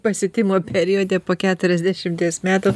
pasiutimo periode po keturiasdešimties metų